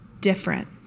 different